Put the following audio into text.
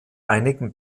einigen